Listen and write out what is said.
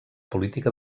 política